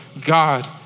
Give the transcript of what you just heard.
God